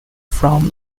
from